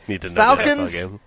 Falcons